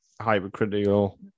hypercritical